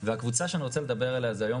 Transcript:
והקבוצה שאני רוצה לדבר עליה זה היום